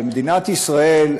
מדינת ישראל,